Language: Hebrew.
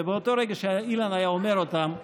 ובאותו רגע שאילן היה אומר אותם,